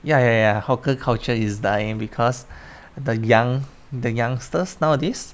ya ya ya hawker culture is dying because the young the youngsters nowadays